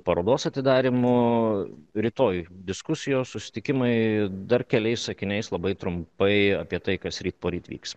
parodos atidarymu rytoj diskusijos susitikimai dar keliais sakiniais labai trumpai apie tai kas ryt poryt vyks